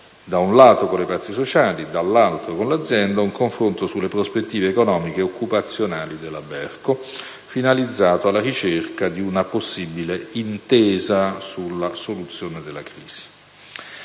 da un lato con le parti sociali e dall'altro con l'azienda, sulle prospettive economiche e occupazionali della Berco, finalizzato alla ricerca di una possibile intesa sulla soluzione della crisi.